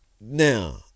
Now